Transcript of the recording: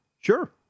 sure